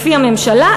לפי הממשלה,